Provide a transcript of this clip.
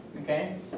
okay